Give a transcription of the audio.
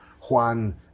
Juan